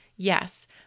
Yes